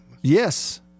Yes